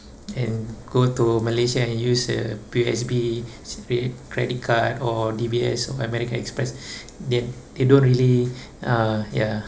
and go to Malaysia and use a P_O_S_B credit card or D_B_S or american express they they don't really uh yeah